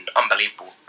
unbelievable